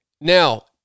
Now